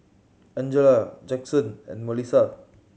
Angella Jaxon and Melissa